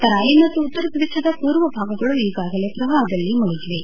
ತರಾಯಿ ಮತ್ತು ಉತ್ತರಪ್ರದೇಶದ ಪೂರ್ವ ಭಾಗಗಳು ಈಗಾಗಲೇ ಪ್ರವಾಹದಲ್ಲಿ ಮುಳುಗಿವೆ